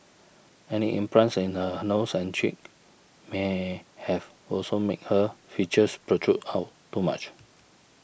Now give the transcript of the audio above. any implants in her nose and chin may have also made her features protrude out too much